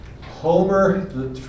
Homer